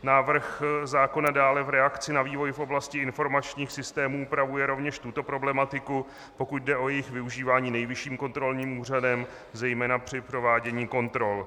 Návrh zákona dále v reakci na vývoj v oblasti informačních systémů upravuje rovněž tuto problematiku, pokud jde o jejich využívání Nejvyšším kontrolním úřadem zejména při provádění kontrol.